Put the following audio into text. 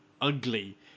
ugly